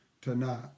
tonight